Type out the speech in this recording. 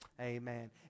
amen